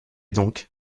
donc